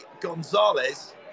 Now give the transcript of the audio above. Gonzalez